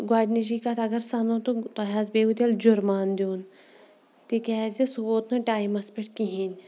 تہٕ گۄڈنِچی کَتھ اگر سَنو تہٕ تۄہہِ حظ پیٚیہِ وُ تیٚلہِ جُرمانہٕ دیُٚن تِکیٛازِ سُہ ووت نہٕ ٹایمَس پٮ۪ٹھ کِہیٖنۍ